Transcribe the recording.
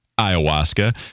ayahuasca